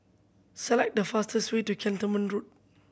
select the fastest way to Cantonment Road